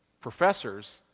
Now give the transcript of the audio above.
professors